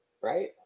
right